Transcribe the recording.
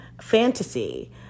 fantasy